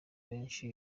benshi